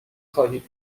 خواهید